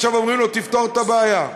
ועכשיו אומרים לו: תפתור את הבעיה.